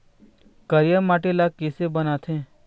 करिया माटी ला किसे बनाथे?